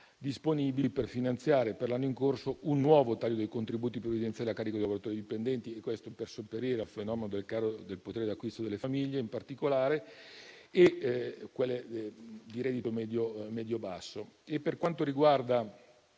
disponibili per finanziare, per l'anno in corso, un nuovo taglio dei contributi previdenziali a carico dei lavoratori dipendenti, per sopperire al fenomeno del calo del potere d'acquisto delle famiglie, in particolare quelle di reddito medio-basso. Per quanto riguarda